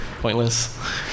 pointless